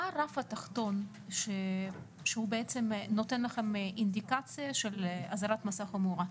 מה הרף התחתון שהוא בעצם נותן לכם אינדיקציה של אזהרת מסע חמורה?